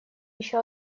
еще